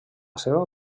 seva